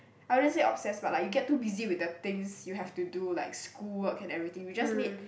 I wouldn't say obsessed but like you get too busy with the things you have to do like schoolwork and everything you just need